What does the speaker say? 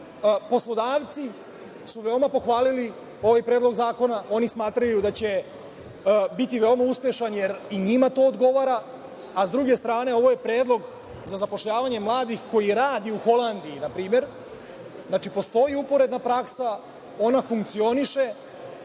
jeftiniji. Poslodavci su veoma pohvalili ovaj Predlog zakona. Oni smatraju da će biti veoma uspešan jer i njima to odgovara, a s druge strane ovo je predlog za zapošljavanje mladih koji rade u Holandiji, na primer. Znači postoji uporedna praksa, ona funkcioniše